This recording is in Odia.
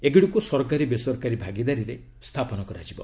ଏଗୁଡ଼ିକୁ ସରକାରୀ ବେସରକାରୀ ଭାଗିଦାରୀରେ ସ୍ଥାପନ କରାଯିବ